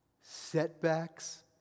setbacks